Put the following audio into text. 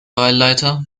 wahlleiter